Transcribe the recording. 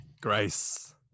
Grace